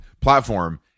platform